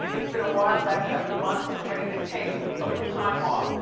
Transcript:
it's been a wild last seven months and i'm ready to take a little time off.